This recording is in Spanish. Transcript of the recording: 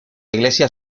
iglesia